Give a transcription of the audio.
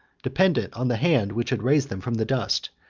dependent on the hand which had raised them from the dust,